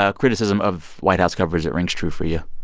ah criticism of white house coverage that rings true for you